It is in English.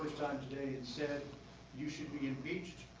time today and said you should be impeached.